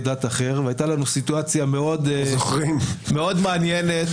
דת אחר והייתה לנו סיטואציה מאוד מעניינת,